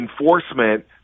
enforcement